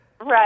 Right